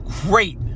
great